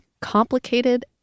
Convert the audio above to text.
complicated